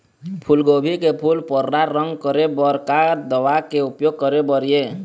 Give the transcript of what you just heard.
फूलगोभी के फूल पर्रा रंग करे बर का दवा के उपयोग करे बर ये?